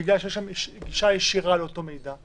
בגלל שיש להם גישה ישירה לאותו מידע,